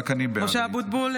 (קוראת בשמות חברי הכנסת) משה אבוטבול,